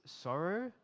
sorrow